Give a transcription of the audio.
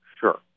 Sure